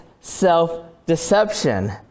self-deception